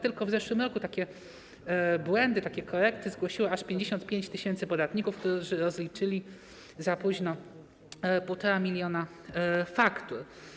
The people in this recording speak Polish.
Tylko w zeszłym roku takie błędy, takie korekty zgłosiło aż 55 tys. podatników, którzy rozliczyli za późno 1,5 mln faktur.